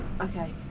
Okay